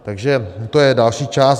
Takže to je další část.